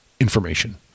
information